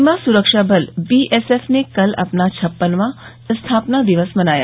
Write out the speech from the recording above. सीमा सुरक्षा बल बीएसएफ ने कल अपना छप्पनवां स्थापना दिवस मनाया